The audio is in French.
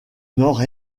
nord